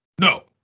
No